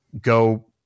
go